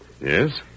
Yes